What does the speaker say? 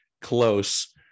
close